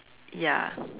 ya